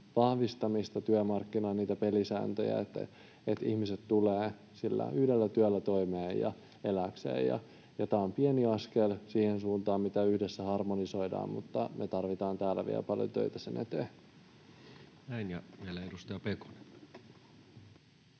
vahvistamista niin, että ihmiset tulevat sillä yhdellä työllä toimeen ja saavat elääkseen. Tämä on pieni askel siihen suuntaan, mitä yhdessä harmonisoidaan, mutta me tarvitaan täällä vielä paljon töitä sen eteen. Näin. — Vielä edustaja Pekonen.